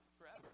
forever